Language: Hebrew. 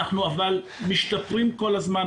אבל אנחנו משתפרים כל הזמן,